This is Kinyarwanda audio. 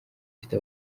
ifite